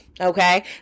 okay